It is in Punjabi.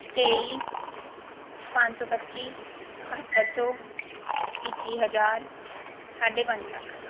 ਤੇਈ ਪੰਜ ਸੌ ਪੱਚੀ ਇਕਹੱਤਰ ਸੌ ਇੱਕੀ ਹਜ਼ਾਰ ਸਾਢੇ ਪੰਜ ਲੱਖ